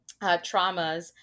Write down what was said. traumas